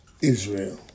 Israel